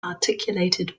articulated